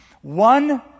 One